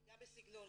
גם בסגנון,